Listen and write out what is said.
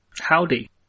Howdy